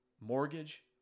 mortgage